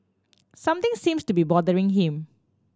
something seems to be bothering him